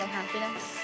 happiness